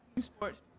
sports